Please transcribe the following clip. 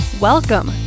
Welcome